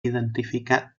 identificat